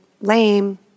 lame